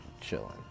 chilling